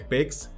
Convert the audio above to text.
Pigs